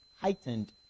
heightened